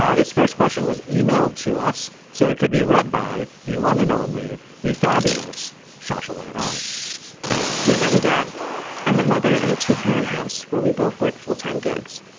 um this first question was e-mailed to us so it could be read by the one and only the fabulous shirley and art dear mom and dad i'm a mother and a two parent house where we both work full time gigs.